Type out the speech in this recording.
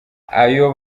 ayo